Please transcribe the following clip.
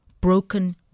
broken